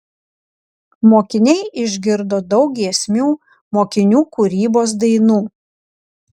mokiniai išgirdo daug giesmių mokinių kūrybos dainų